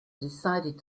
decided